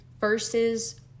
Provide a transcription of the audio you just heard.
versus